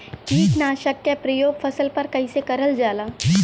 कीटनाशक क प्रयोग फसल पर कइसे करल जाला?